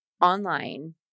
online